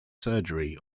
surgery